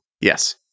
Yes